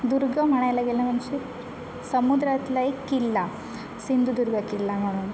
दुर्ग म्हणायला गेलं म्हणजे समुद्रातला एक किल्ला सिंधुदुर्ग किल्ला म्हणून